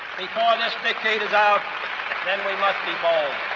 before this decade is out then we must be bold.